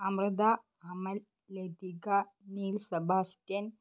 Amrita Amal Lathika Neel Sebastian